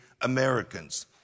Americans